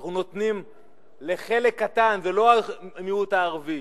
שאנחנו נותנים לחלק קטן, זה לא המיעוט הערבי,